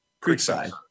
Creekside